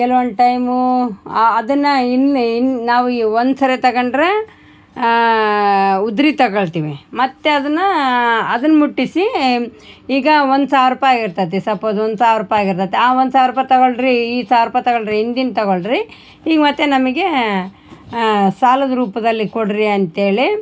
ಕೆಲ್ವೊಂದು ಟೈಮೂ ಆ ಅದನ್ನು ಇನ್ನ ಇನ್ನ ನಾವು ಈ ಒಂದು ಸಲ ತಗಂಡರೆ ಉದ್ರಿ ತಗೊಳ್ತಿವಿ ಮತ್ತು ಅದನ್ನು ಅದನ್ನ ಮುಟ್ಟಿಸಿ ಈಗ ಒಂದು ಸಾವಿರ ರೂಪಾಯಿ ಇರ್ತತಿ ಸಪೋಸ್ ಒಂದು ಸಾವಿರ ರೂಪಾಯಿ ಆಗಿರ್ತತೆ ಆ ಒಂದು ಸಾವಿರ ರೂಪಾಯಿ ತಗಳ್ರಿ ಈ ಸಾವಿರ ರೂಪಾಯಿ ತಗಳ್ರಿ ಹಿಂದಿನ್ದು ತಗಳ್ರಿ ಈಗ ಮತ್ತೆ ನಮಗೆ ಸಾಲದ ರೂಪದಲ್ಲಿ ಕೊಡ್ರಿ ಅಂತ್ಹೇಳಿ